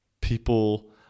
People